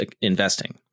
investing